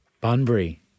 Bunbury